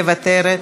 מוותרת.